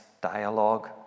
dialogue